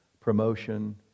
promotion